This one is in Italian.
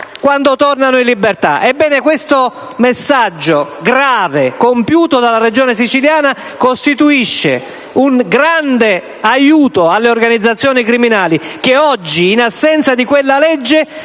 quando tornano in libertà. Questo messaggio grave dato dalla Regione Siciliana costituisce un grande aiuto alle organizzazioni criminali, che oggi, in assenza di quella legge,